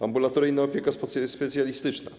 Ambulatoryjna opieka specjalistyczna.